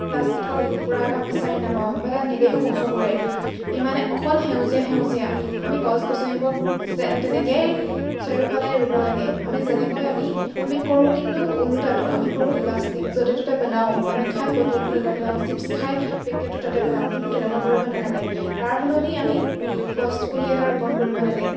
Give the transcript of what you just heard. প্লাষ্টিকৰ টুকুৰা এটা বিচাৰি নাপাওঁ বা তাত নেদেখোঁ চকুৰে ইমানেই অকল সেউজীয়া সেউজীয়া আমি গছ গছনিবোৰক তেনেকৈ চাৰিওফালে ৰুব লাগে আমি যেনেকৈ আমি আমি কৰোঁ কিন্তু ওলোটাটো আমি কৰোঁ প্লাষ্টিক য'তে ত'তে পেলাওঁ পানী খাই বটলটো তাতে পেলাওঁ চিপচ খাই পেকেটটো তাতে পেলাওঁ কিন্তু তেনেকুৱা কৰিব নালাগে তাৰ সলনি আমি গছপুলি এটা ৰোপণ কৰিব লাগে